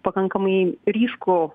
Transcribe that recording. pakankamai ryškų